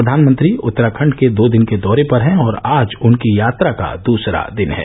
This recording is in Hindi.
प्रधानमंत्री उत्तराखंड के दो दिन के दौरे पर हैं और आज उनकी यात्रा का दूसरा दिन है